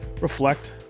reflect